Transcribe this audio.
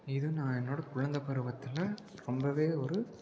இது நான் என்னோடய குழந்த பருவத்தில் ரொம்பவே ஒரு